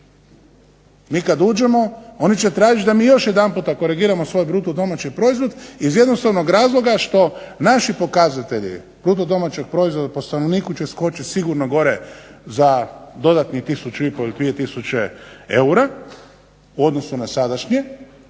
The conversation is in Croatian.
Mi kad uđemo oni će tražit da mi još jedanputa korigiramo svoj bruto domaći proizvod iz jednostavnog razloga što naši pokazatelji bruto domaćeg proizvoda po stanovniku će skočit sigurno gore za dodatnih 1500 ili 2000 eura u odnosu na sadašnje